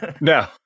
No